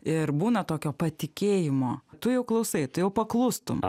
ir būna tokio patikėjimo tu jau klausai tu jau paklustum